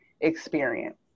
experience